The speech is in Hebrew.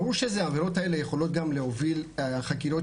ברור שהעבירות האלה יכולות להוביל גם לחקירות